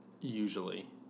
Usually